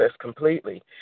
completely